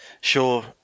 Sure